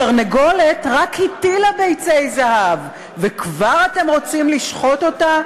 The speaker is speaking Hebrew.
התרנגולת רק הטילה ביצי זהב וכבר אתם רוצים לשחוט אותה?